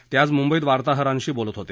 ते आज मुंबईत वार्ताहरांशी बोलत होते